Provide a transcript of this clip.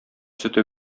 сөте